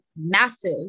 massive